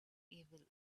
evil